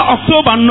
October